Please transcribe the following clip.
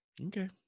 okay